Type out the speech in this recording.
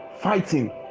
fighting